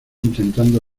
intentando